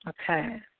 Okay